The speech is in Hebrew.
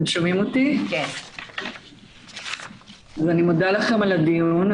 אני מודה לכם על הדיון.